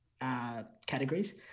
categories